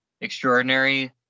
extraordinary